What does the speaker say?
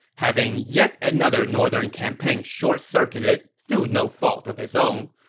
having yet another northern campaign short-circuited through no fault of his own,